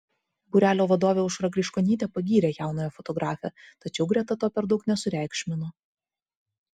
būrelio vadovė aušra griškonytė pagyrė jaunąją fotografę tačiau greta to per daug nesureikšmino